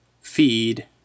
feed